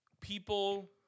people